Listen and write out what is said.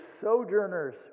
sojourners